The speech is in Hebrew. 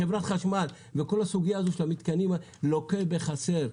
חברת החשמל וכל הסוגייה הזו של המתקנים לוקה בחסר.